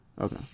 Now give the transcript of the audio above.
Okay